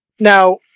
Now